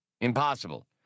Impossible